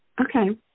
okay